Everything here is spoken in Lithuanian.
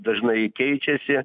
dažnai keičiasi